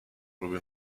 lubię